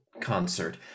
concert